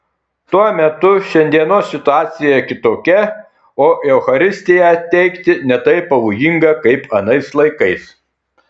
tuo metu šiandienos situacija kitokia o eucharistiją teikti ne taip pavojinga kaip anais laikais